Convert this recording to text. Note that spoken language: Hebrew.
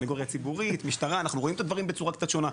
סנגוריה ציבורית ומשטרה; אנחנו רואים את הדברים בצורה קצת שונה,